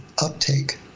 uptake